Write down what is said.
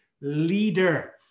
leader